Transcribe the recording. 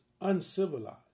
uncivilized